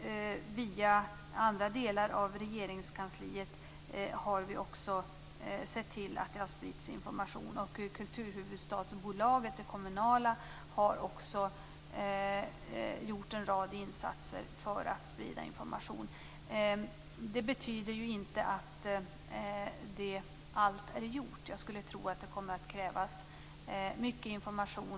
Via andra delar av Regeringskansliet har vi också sett till att information har spritts. Det kommunala kulturhuvudstadsbolaget har även gjort en rad insatser för att sprida information. Detta betyder dock inte att allt är gjort. Jag skulle tro att det fortlöpande kommer att krävas mycket information.